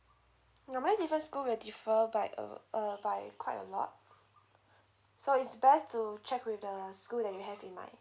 normally different schools will differ by quite a lot so it's best to check with the school that you have in mind